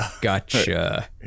Gotcha